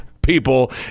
people